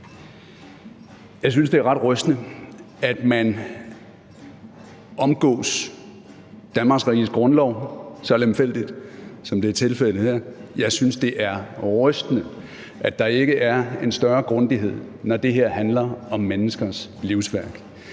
Jeg synes, det er ret rystende, at man omgås Danmarks Riges Grundlov så lemfældigt, som det er tilfældet her. Jeg synes, det er rystende, at der ikke er en større grundighed, når det her handler om menneskers livsværk.